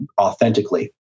authentically